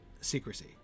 secrecy